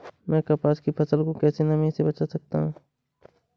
मैं कपास की फसल को कैसे नमी से बचा सकता हूँ?